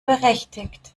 berechtigt